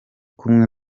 kumwe